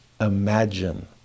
imagine